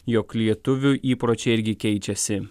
jog lietuvių įpročiai irgi keičiasi